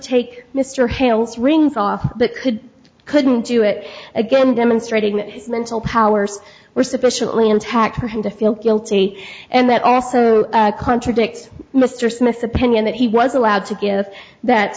take mr hale's rings off but could couldn't do it again demonstrating that mental powers were sufficiently intact for him to feel guilty and that also contradicts mr smith's opinion that he was allowed to give that